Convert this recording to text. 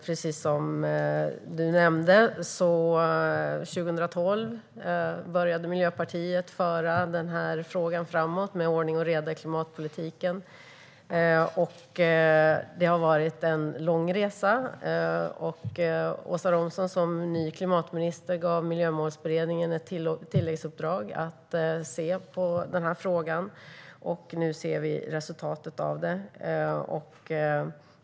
Precis som du nämnde började Miljöpartiet 2012 föra frågan om ordning och reda i klimatpolitiken framåt. Det har varit en lång resa. Åsa Romson gav som ny klimatminister Miljömålsberedningen ett tilläggsuppdrag att se på denna fråga, och nu ser vi resultatet av det.